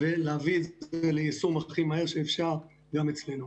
ולהביא את זה ליישום הכי מהיר שאפשר גם אצלנו.